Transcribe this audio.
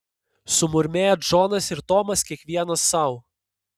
sumurmėję džonas ir tomas kiekvienas sau